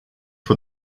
for